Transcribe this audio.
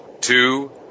Two